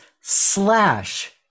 slash